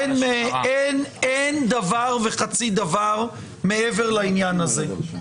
אין דבר וחצי דבר מעבר לעניין הזה.